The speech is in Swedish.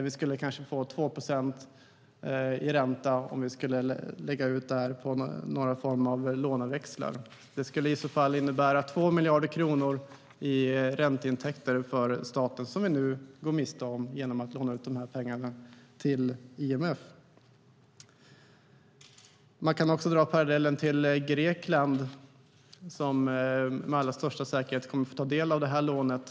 Vi skulle kanske få 2 procent i ränta om vi skulle lägga ut detta på någon form av låneväxlar. Det skulle innebära 2 miljarder kronor i ränteintäkter för staten som vi nu går miste om genom att låna ut de här pengarna till IMF. Man kan också dra parallellen till Grekland, som med allra största säkerhet kommer att få ta del av det här lånet.